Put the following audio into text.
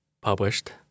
published